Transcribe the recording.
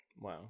Wow